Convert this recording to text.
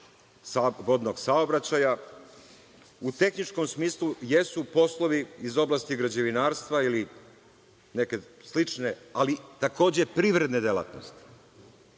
vodnog saobraćaja u tehničkom smislu jesu poslovi iz oblasti građevinarstva ili neke slične, ali takođe privredne delatnosti,